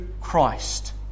Christ